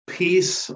peace